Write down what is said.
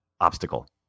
obstacle